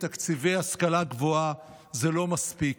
בתקציבי ההשכלה הגבוהה זה לא מספיק.